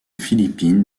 philippines